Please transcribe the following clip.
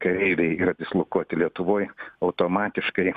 kareiviai yra dislokuoti lietuvoj automatiškai